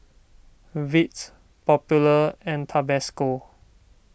Veet Popular and Tabasco